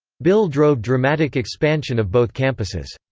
bill drove dramatic expansion of both campuses.